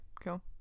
cool